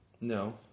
No